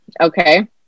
okay